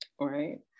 right